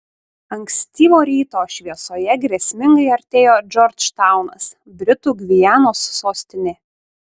ankstyvo ryto šviesoje grėsmingai artėjo džordžtaunas britų gvianos sostinė